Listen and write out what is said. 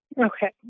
Okay